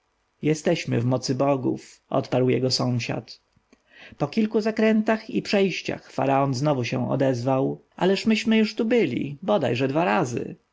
jesteśmy w mocy bogów odparł jego sąsiad po kilku zakrętach i przejściach faraon znowu się odezwał ależ myśmy tu już byli bodaj-że ze dwa razy